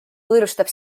võõrustab